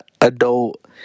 adult